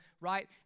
Right